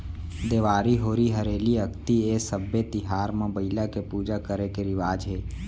देवारी, होरी हरेली, अक्ती ए सब्बे तिहार म बइला के पूजा करे के रिवाज हे